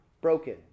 broken